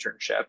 internship